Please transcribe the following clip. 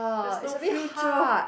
there is no future